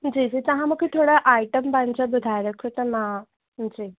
जी जी तव्हां मूंखे थोरा आईटम तव्हांजा ॿुधाए रखो त मां जी